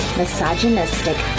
misogynistic